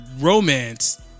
romance